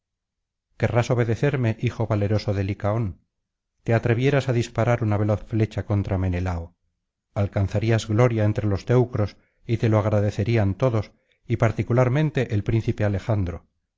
querrás obedecerme hijo valeroso de licaón te atrevieras á disparar una veloz flecha contra menelao alcanzarías gloria entre los teucros y te lo agradecerían todos y particularmente el príncipe alejandro